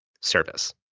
service